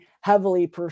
heavily